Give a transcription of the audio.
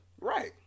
right